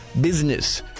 Business